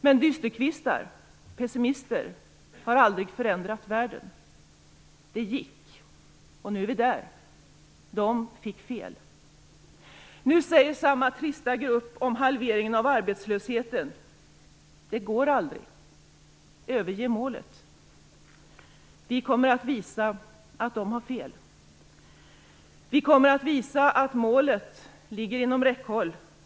Men dysterkvistar och pessimister har aldrig förändrat världen. Det gick, och nu är vi där. De fick fel. Nu säger samma trista grupp om halveringen av arbetslösheten: Det går aldrig. Överge målet. Vi kommer att visa att de har fel. Vi kommer att visa att målet ligger inom räckhåll.